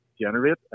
generate